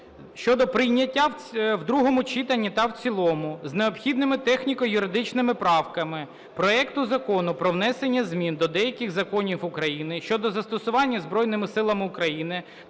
щодо прийняття в другому читанні та в цілому з необхідними техніко-юридичними правками проекту Закону про внесення змін до деяких законів України щодо застосування Збройними Силами України